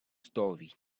story